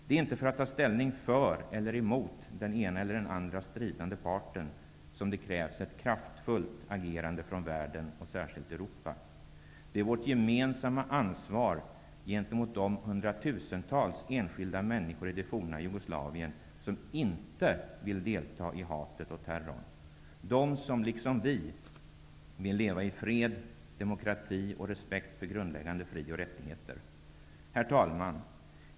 Det är inte för att ta ställning för eller emot den ena eller den andra stridande parten som det krävs ett kraftfullt agerande från världen och särskilt Europa. Det är vårt gemensamma ansvar gentemot de hundratusentals enskilda människor i det forna Jugoslavien som inte vill delta i hatet och terrorn. De som, liksom vi, vill leva i fred, demokrati och med respekt för grundläggande fri och rättigheter. Herr talman!